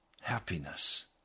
happiness